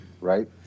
Right